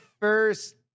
first